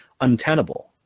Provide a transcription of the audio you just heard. untenable